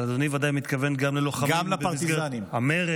אבל אדוני ודאי מתכוון גם ללוחמים במסגרת המרד.